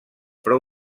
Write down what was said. prou